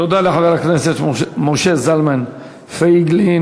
תודה לחבר הכנסת משה זלמן פייגלין.